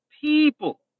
people